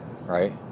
Right